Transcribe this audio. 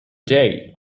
day